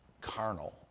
carnal